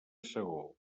segó